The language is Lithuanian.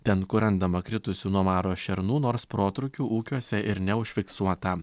ten kur randama kritusių nuo maro šernų nors protrūkių ūkiuose ir neužfiksuota